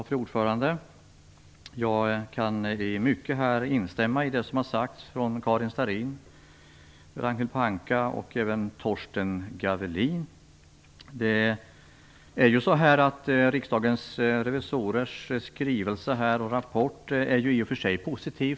Fru talman! Jag kan i mycket instämma i det som har sagt från Karin Starrin, Ragnhild Pohanka och även Torsten Gavelin. Riksdagens revisorers rapport är i och för sig positiv.